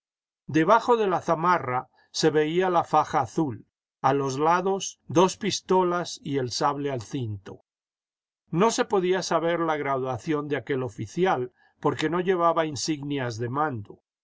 debajo de la zamarra se veía la faja azul a los lados dos pistolas y el sable al cinto no se podía saber la graduación de aquel oficial porque no llevaba insignias de mando